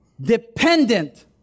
dependent